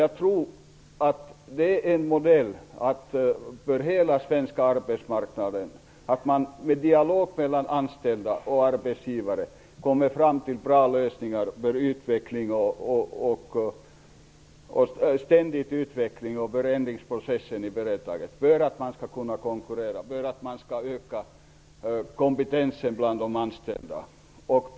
Jag tror att en modell för hela svenska arbetsmarknaden är att man genom en dialog mellan anställda och arbetsgivare kommer fram till bra lösningar när det gäller ständig utveckling och förändringsprocessen i företag; detta för att man skall kunna konkurrera och öka de anställdas kompetens.